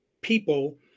people